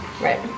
Right